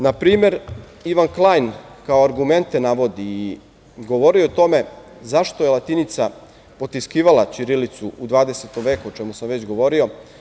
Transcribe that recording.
Na primer, Ivan Klajn kao argumente navodi i govorio je o tome zašto je latinica potiskivala ćirilicu u 20. veku, o čemu sam već govorio.